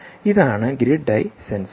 ഇതാണ് grid eye sensor